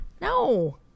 No